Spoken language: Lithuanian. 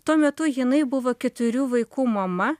tuo metu jinai buvo keturių vaikų mama